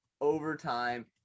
overtime